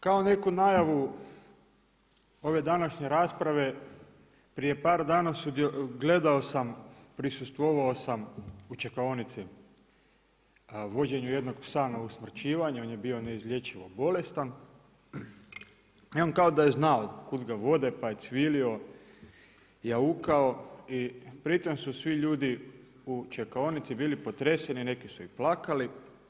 Kao neku najavu ove današnje rasprave, prije par dana gledao sam, prisustvovao sam u čekaonici vođenju jednog psa na usmrćivanje, on je bio neizlječivo bolestan i on kao je znao kud ga vode pa je cvilio, jaukao i pri tom su svi ljudi u čekaonici bili potreseni, neki su i plakali.